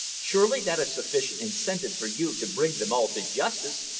surely that is sufficient incentive for you to bring them all to justice?